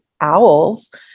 owls